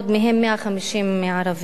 מהם 150 ערבים.